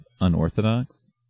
unorthodox